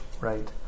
right